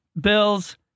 Bills